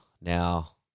Now